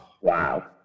Wow